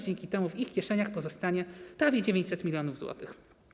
Dzięki temu w ich kieszeniach pozostanie prawie 900 mln zł.